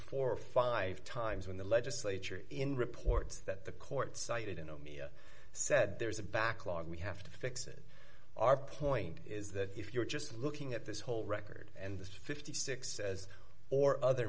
four or five times when the legislature in reports that the court cited in the media said there's a backlog we have to fix it our point is that if you're just looking at this whole record and this fifty six dollars says or other